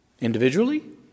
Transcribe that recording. Individually